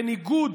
בניגוד